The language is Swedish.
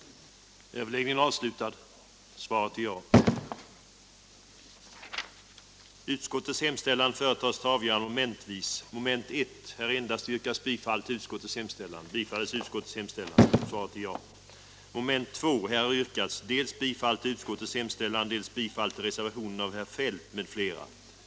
den det ej vill röstar nej.